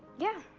yeah.